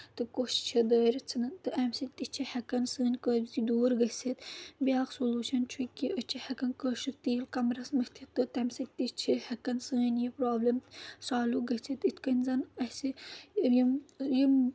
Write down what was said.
تہٕ کوش چھِ دٲرِتھ ژھٕنان تہٕ اَمہِ سۭتۍ تہِ چھِ ہیٚکان سٲنۍ قٲبضی دوٗر گٔژھِتھ بیٛاکھ سلوٗشَن چھُ کہِ أسۍ چھِ ہیٚکَان کٲشُر تیٖل کَمرَس مٔتھتھ تہٕ تَمہِ سۭتۍ تہِ چھِ ہیٚکَان سٲنۍ یہِ پرابلم سالو گٔژھِتھ یِتھ کٔنۍ زَن اَسہِ یِم یِم